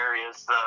areas